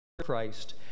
Christ